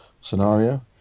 scenario